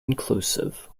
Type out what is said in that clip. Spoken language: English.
inclusive